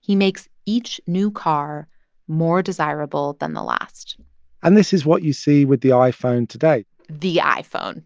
he makes each new car more desirable than the last and this is what you see with the iphone today the iphone